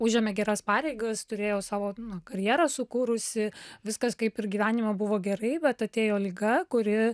užėmė geras pareigas turėjo savo karjerą sukūrusi viskas kaip ir gyvenime buvo gerai bet atėjo liga kuri